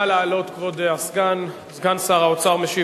כבוד סגן שר האוצר, נא